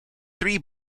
three